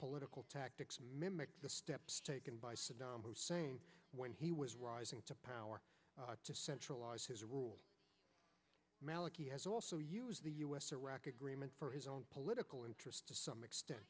political tactics mimic the steps taken by saddam hussein when he was rising to power to centralize his rule maliki has also use the u s iraq agreement for his own political interest to some extent